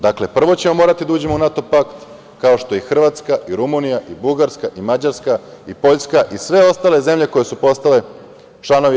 Dakle, prvo ćemo morati da uđemo u NATO pakt, kao što je i Hrvatska i Rumunija, i Bugarska, i Mađarska, i Poljska i sve ostale zemlje koje su postale članovi EU.